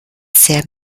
sehr